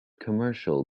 commercial